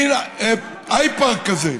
מין הייד פארק כזה,